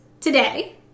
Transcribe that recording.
today